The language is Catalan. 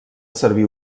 servir